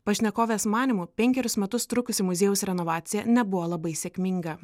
pašnekovės manymu penkerius metus trukusi muziejaus renovacija nebuvo labai sėkminga